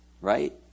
right